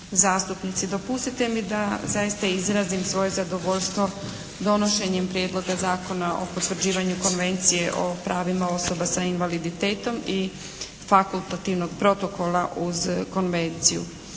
zastupnici. Dopustite mi da zaista izrazim svoje zadovoljstvo donošenjem Prijedloga zakona o potvrđivanju Konvencije o pravima osoba sa invaliditetom i fakultativnog protokola uz konvenciju.